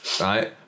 Right